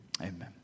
Amen